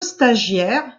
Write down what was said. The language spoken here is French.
stagiaire